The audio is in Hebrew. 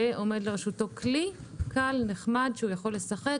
ועומד לרשותו כלי קל שהוא יכול לשחק,